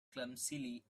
clumsily